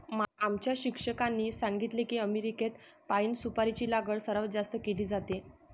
आमच्या शिक्षकांनी सांगितले की अमेरिकेत पाइन सुपारीची लागवड सर्वात जास्त केली जाते